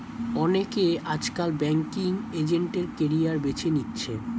অনেকে আজকাল banking agent এর ক্যারিয়ার বেছে নিচ্ছে